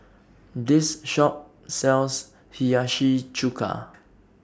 This Shop sells Hiyashi Chuka